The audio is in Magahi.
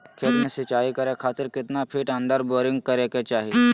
खेत में सिंचाई करे खातिर कितना फिट अंदर बोरिंग करे के चाही?